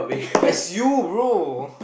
yes you bro